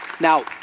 Now